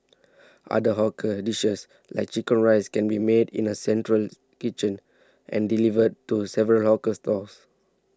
other hawker dishes like Chicken Rice can be made in a central kitchen and delivered to several hawker stalls